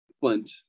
Flint